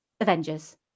Avengers